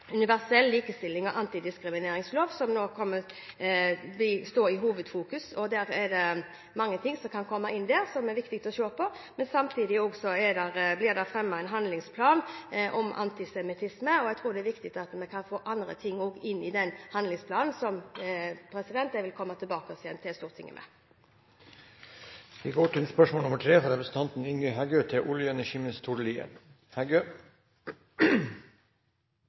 universell likestillings- og antidiskrimineringslov, som vil stå i fokus. Det er mange ting som kan komme inn der som det er viktig å se på. Men samtidig blir det fremmet en handlingsplan om antisemittisme. Jeg tror det er viktig at vi kan få andre ting også inn i denne handlingsplanen, som jeg vil komme tilbake igjen til Stortinget med. «Petroleumslova gjev klare signal om at selskapa og myndigheitene skal strekka seg langt for å leggja til rette for lokal industriell aktivitet, og